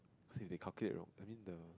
cause if they calculate wrong I mean the